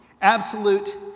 Absolute